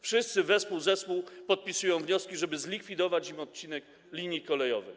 Wszyscy wespół w zespół podpisują wnioski, żeby zlikwidować im odcinek linii kolejowej.